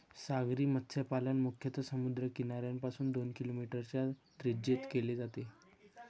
सागरी मत्स्यपालन मुख्यतः समुद्र किनाऱ्यापासून दोन किलोमीटरच्या त्रिज्येत केले जाते